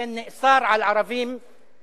ולכן נאסר על ערבים לבקר